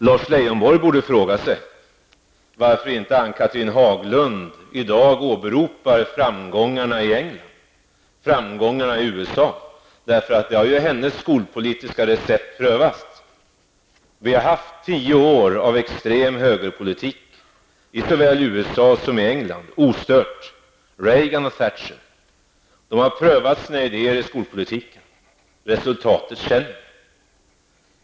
Lars Leijonborg borde fråga sig varför inte Ann Cathrine Haglund i dag åberopar framgångarna i England och i USA, för där har ju hennes skolpolitiska recept prövats. Vi har haft tio år av extrem högerpolitik i såväl USA som England. Reagan och Thatcher har prövat sina idéer i skolpolitiken. Resulatet känner vi till.